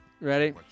Ready